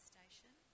Station